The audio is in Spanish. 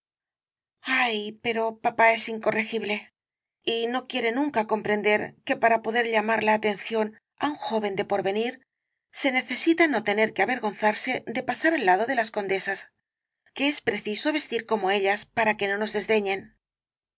ayl pero papá es incorregible y no quiere nunca comprender que para poder llamar la atención á un joven de porvenir se necesita no tener que avergonzarse de pasar al lado de las condesas que es preciso vestir como ellas para que no nos desdeñen